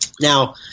Now